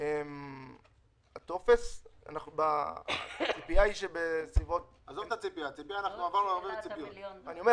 הוראות התקנות קובעות שבעצם יתבצע פירעון מיידי.